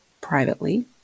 privately